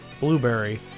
blueberry